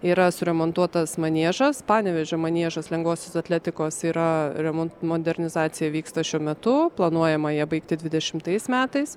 yra suremontuotas maniežas panevėžio maniežas lengvosios atletikos yra remonto modernizacija vyksta šiuo metu planuojama ją baigti dvidešimtais metais